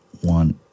One